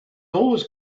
always